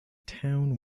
town